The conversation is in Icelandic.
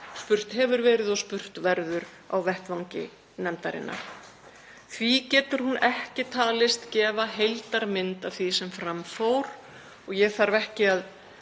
spurt hefur verið og spurt verður á vettvangi nefndarinnar. Því getur skýrslan ekki talist gefa heildarmynd af því sem fram fór og ég þarf ekki að